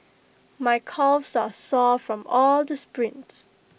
my calves are sore from all the sprints